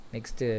Next